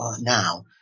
now